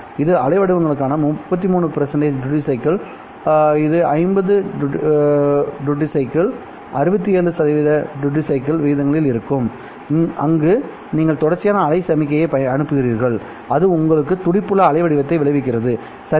இது அலைவடிவங்களுக்கான 33 duty cycle இது 50 டூட்டி சைக்கிள் 67 டூட்டி சைக்கிள் விகிதங்களில் இருக்கும்அங்கு நீங்கள் தொடர்ச்சியான அலை சமிக்ஞையை அனுப்புகிறீர்கள்அது உங்களுக்கு துடிப்புள்ள அலைவடிவத்தை விளைவிக்கிறது சரி